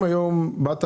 אם היום באת